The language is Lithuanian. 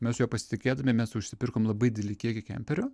mes juo pasitikėdami mes užsipirkom labai didelį kiekį kemperių